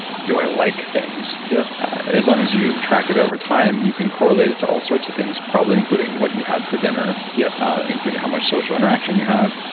do i like things? yeah as long as you track it over time, you can correlate it to all sorts of things, probably including what you had for dinner, yeah ah including how much social interaction you have,